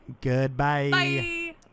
goodbye